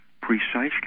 precisely